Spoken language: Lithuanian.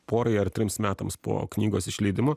porai ar trims metams po knygos išleidimo